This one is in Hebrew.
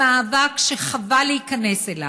למאבק שחבל להיכנס אליו,